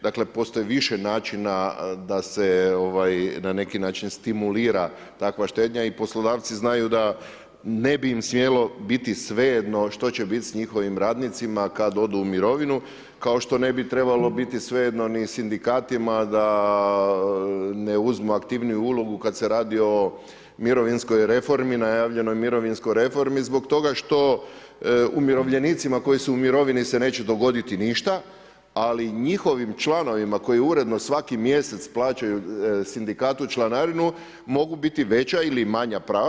Dakle postoji više načina da se na neki način stimulira takva štednja i poslodavci znaju da ne bi im smjelo biti svejedno što će biti s njihovim radnicima kada odu u mirovinu, kao što ne bi trebalo biti svejedno ni sindikatima da ne uzmu aktivniju ulogu kada se radi o mirovinskoj reformi, najavljenoj mirovinskoj reformi zbog toga što umirovljenicima koji su u mirovini se neće dogoditi ništa, ali njihovim članovima koji uredno svaki mjesec plaćaju sindikatu članarinu mogu biti veća ili manja prava.